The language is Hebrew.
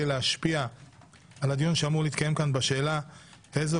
להשפיע על הדיון שאמור להתקיים כאן בשאלה איזו